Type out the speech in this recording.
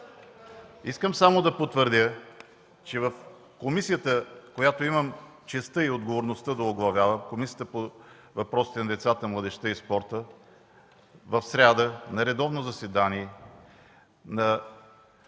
Искам само да потвърдя, че в комисията, която имам честта и отговорността да оглавявам – Комисията по въпросите на децата, младежта и спорта, на редовно заседание в